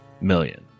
million